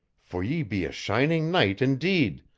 for ye be a shining knight indeed,